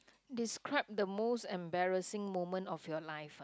describe the most embarrassing moment of your life ah